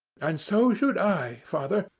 and so should i, father,